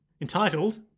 Entitled